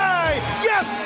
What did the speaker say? yes